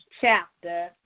chapter